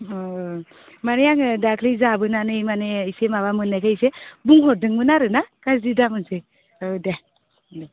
अ माने आङो दाख्लै जाबोनानै माने इसे माबा मोननायखाय इसे बुंहरदोंमोन आरो ना गाज्रि दामोनसै ओ दे दे